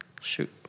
Shoot